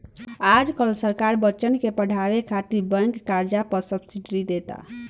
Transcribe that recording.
आज काल्ह सरकार बच्चन के पढ़े खातिर बैंक कर्जा पर सब्सिडी देता